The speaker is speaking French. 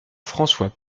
françois